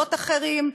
לבנות אחרים,